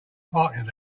parking